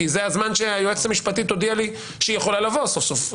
כי זה הזמן שהיועצת המשפטית הודיעה לי שהיא יכולה לבוא סוף-סוף.